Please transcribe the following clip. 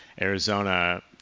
Arizona